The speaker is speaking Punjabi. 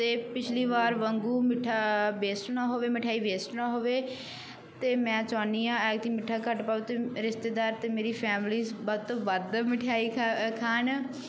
ਅਤੇ ਪਿਛਲੀ ਵਾਰ ਵਾਂਗੂੰ ਮਿੱਠਾ ਬੇਸਟ ਨਾ ਹੋਵੇ ਮਿਠਾਈ ਵੇਸਟ ਨਾ ਹੋਵੇ ਅਤੇ ਮੈਂ ਚਾਹੁੰਦੀ ਹਾਂ ਐਤਕੀ ਮਿੱਠਾ ਘੱਟ ਪਾਓ ਅਤੇ ਰਿਸ਼ਤੇਦਾਰ ਅਤੇ ਮੇਰੀ ਫੈਮਿਲੀਸ ਵੱਧ ਤੋਂ ਵੱਧ ਮਠਿਆਈ ਖਾ ਖਾਣ